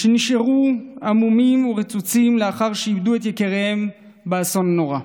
שנשארו המומים ורצוצים לאחר שאיבדו את יקיריהם באסון הנורא.